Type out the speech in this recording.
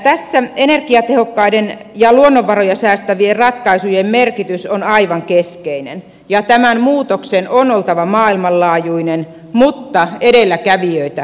tässä energiatehokkaiden ja luonnonvaroja säästävien ratkaisujen merkitys on aivan keskeinen ja tämän muutoksen on oltava maailmanlaajuinen mutta edelläkävijöitä myös tarvitaan